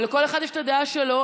ולכל אחד יש את הדעה שלו,